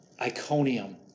Iconium